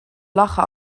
lachen